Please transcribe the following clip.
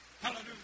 Hallelujah